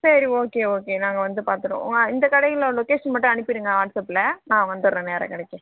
சரி okay okay நாங்கள் வந்து பார்த்துறோம் உங்கள் இந்த கடையில் உள்ள லொக்கேஷன் மட்டும் அனுப்பிடுங்கள் வாட்ஸ்அப்பில் நான் வந்துடுறேன் நேராக கடைக்கே